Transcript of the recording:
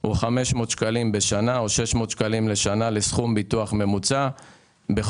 ממוצע הוא 500 שקלים או 600 לשנה - 50 שקלים בחודש.